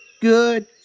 Good